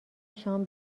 شام